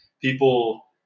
people